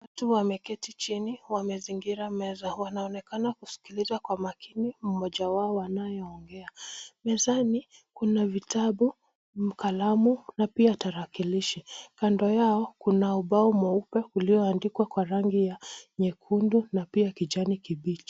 Watu wameketi chini wamezingira meza . Wanaonekana kusikiliza kwa makini mmoja wao anayeongea. Mezani, kuna vitabu, kalamu na pia tarakilishi . Kando yao kuna ubao mweupe ulioandikwa kwa rangi ya nyekundu na pia kijani kibichi.